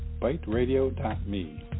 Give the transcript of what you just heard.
byteradio.me